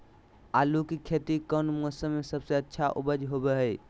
आलू की खेती कौन मौसम में सबसे अच्छा उपज होबो हय?